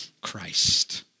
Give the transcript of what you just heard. Christ